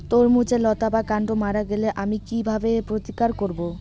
তরমুজের লতা বা কান্ড মারা গেলে আমি কীভাবে প্রতিকার করব?